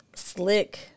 Slick